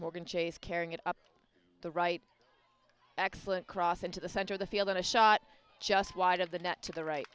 morgan chase carrying it up the right excellent cross into the center of the field and a shot just wide of the net to the right